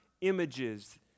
images